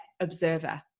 observer